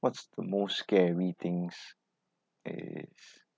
what's the most scary things is